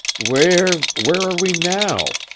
where where are we now?